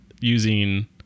using